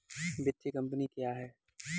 वित्तीय कम्पनी क्या है?